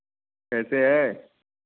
कैसे है